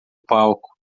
palco